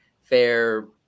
fair